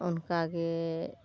ᱚᱱᱠᱟ ᱜᱮ